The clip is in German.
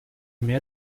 mehr